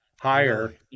higher